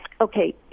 Okay